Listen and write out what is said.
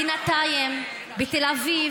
מעניין מי מתחיל, בינתיים בתל אביב,